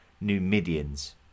Numidians